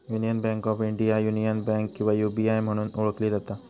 union bank of India, union bank किंवा UBI म्हणून ओळखली जाता